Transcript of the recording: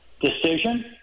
decision